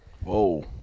Whoa